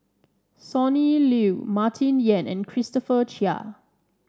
Sonny Liew Martin Yan and Christopher Chia